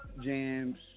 jams